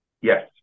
Yes